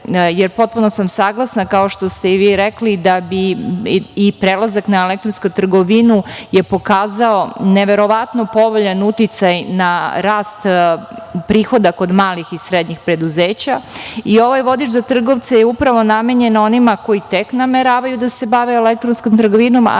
Potpuno sam saglasna, kao što ste i vi rekli, prelazak na elektronsku trgovinu je pokazao neverovatno povoljan uticaj na rast prihoda kod malih i srednjih preduzeća. Ovaj vodič za trgovce je upravo namenjen onima koji tek nameravaju da se bave elektronskom trgovinom,